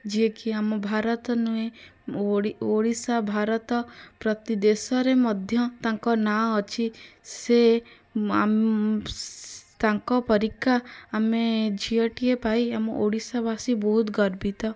ଯିଏକି ଆମ ଭାରତ ନୁହେଁ ଓଡ଼ି ଓଡ଼ିଶା ଭାରତ ପ୍ରତି ଦେଶରେ ମଧ୍ୟ ତାଙ୍କ ନା ଅଛି ସେ ତାଙ୍କ ପରିକା ଆମେ ଝିଅଟିଏ ପାଇ ଆମ ଓଡ଼ିଶାବାସୀ ବହୁତ ଗର୍ବିତ